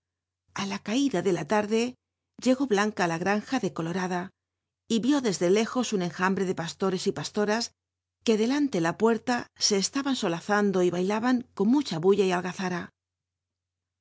a la caída de la larde llegó lllanca á la granja de biblioteca nacional de españa colorada y yió desde lrjo un enjambre de pastores y pastoras que delante la lllil'l'la e e laban solazando y bailaban con mucha bulla y algazara